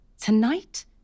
Tonight